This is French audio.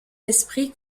esprits